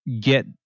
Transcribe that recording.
get